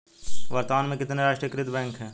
वर्तमान में कितने राष्ट्रीयकृत बैंक है?